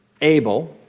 Abel